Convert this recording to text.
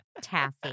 taffy